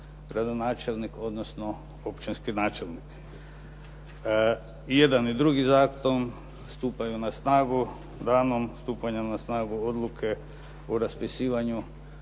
gradonačelnik, odnosno općinski načelnik. I jedan i drugi zakon stupaju na snagu danom stupanja na snagu odluke o raspisivanju